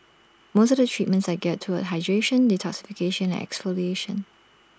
most of the treatments are geared toward hydration detoxification and exfoliation